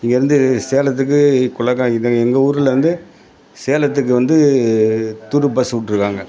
இங்கேருந்து சேலத்து குள்ளகாய் இதான் எங்கள் ஊர்லேருந்து சேலத்துக்கு வந்து துரு பஸ்ஸு விட்டுருக்காங்க